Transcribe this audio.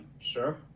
Sure